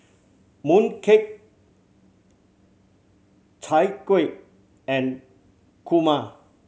mooncake Chai Kueh and kurma